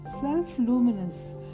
self-luminous